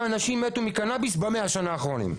אנשים מתו מקנביס ב-100 השנים האחרונות?